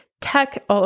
tech